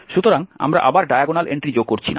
সুতরাং আমরা আবার ডায়াগোনাল এন্ট্রি যোগ করছি না